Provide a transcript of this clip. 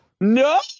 no